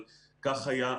אבל כך היה.